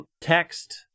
text